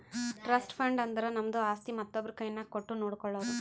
trust fund ಅಂದುರ್ ನಮ್ದು ಆಸ್ತಿ ಮತ್ತೊಬ್ರು ಕೈನಾಗ್ ಕೊಟ್ಟು ನೋಡ್ಕೊಳೋದು